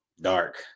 dark